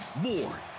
More